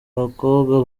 bakobwa